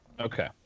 Okay